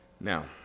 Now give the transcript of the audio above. Now